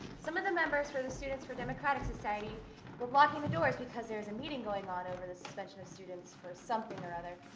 some of the members for the students for a democratic society were blocking the doors because there was a meeting going on over the suspension of students for something or other.